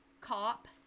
cop